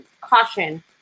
caution